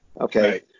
Okay